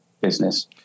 business